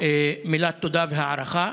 מילת תודה והערכה,